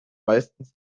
meistens